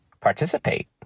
Participate